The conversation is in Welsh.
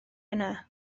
yna